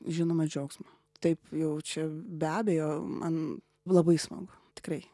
žinoma džiaugsmą taip jau čia be abejo man labai smagu tikrai